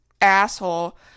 asshole